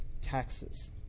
taxes